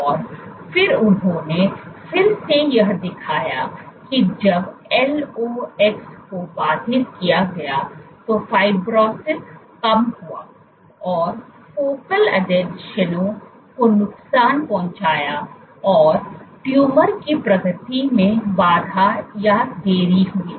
और फिर उन्होंने फिर से यह दिखाया कि जब LOX को बाधित किया गया तो फाइब्रोसिस काम हुआ और फोकल आसंजनों को नुकसान पहुंचाया और ट्यूमर की प्रगति में बाधा या देरी हुई